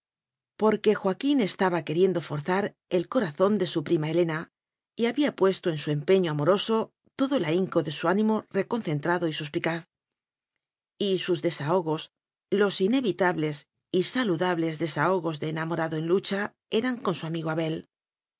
porque joaquín estaba queriendo forzar el corazón de su prima helena y había puesto en su empeñó amoroso todo el ahinco de su ánimo reconcentrado y suspicaz y sus des ahogos los inevitables y saludables desaho gos de enamorado en lucha eran con su ami go abel